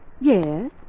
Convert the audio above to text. Yes